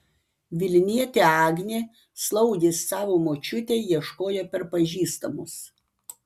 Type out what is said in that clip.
vilnietė agnė slaugės savo močiutei ieškojo per pažįstamus